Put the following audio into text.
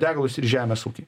degalus ir žemės ūkį